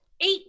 eight